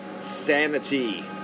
Sanity